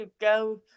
go